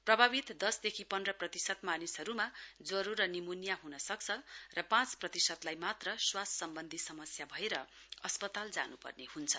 प्रभावित दसदेखि पन्ध्र प्रतिशत मानिसहरुमा ज्वरे र निमोनिया हुनसक्छ र पाँच प्रतिशतलाई मात्र श्वास सम्वन्धी समस्या भएर अस्पताल जानुपर्ने हुन्छ